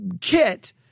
kit